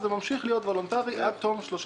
זה ממשיך להיות וולונטרי עד תום שלושה